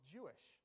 Jewish